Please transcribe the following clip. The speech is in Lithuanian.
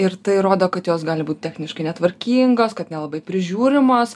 ir tai rodo kad jos gali būt techniškai netvarkingos kad nelabai prižiūrimos